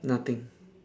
nothing